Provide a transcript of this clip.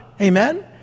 Amen